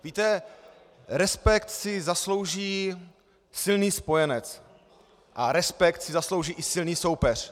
Víte, respekt si zaslouží silný spojenec a respekt si zaslouží i silný soupeř.